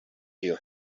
you